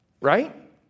Right